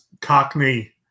Cockney